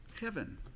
Heaven